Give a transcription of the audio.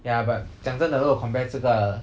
ya but 讲真的如果 compare 这个